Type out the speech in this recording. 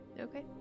Okay